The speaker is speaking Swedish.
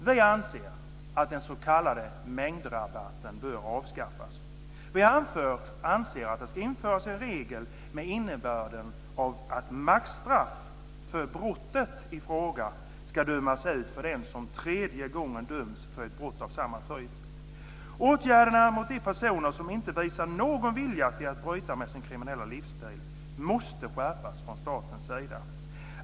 Vi anser att den s.k. mängdrabatten bör avskaffas. Vi anser att det ska införas en regel med innebörden att maxstraff för brottet i fråga ska dömas ut för den som för tredje gången döms för ett brott av samma typ. Åtgärderna mot de personer som inte visar någon vilja till att bryta med sin kriminella livsstil måste skärpas från statens sida.